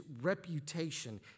reputation